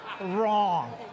wrong